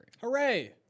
Hooray